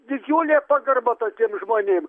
didžiulė pagarba tokiem žmonėm